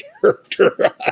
character